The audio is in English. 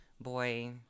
boy